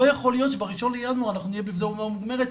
לא יכול להיות ב-1 בינואר אנחנו נהיה בפני עובדה מוגמרת,